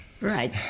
Right